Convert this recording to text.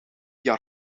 jaar